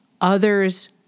Others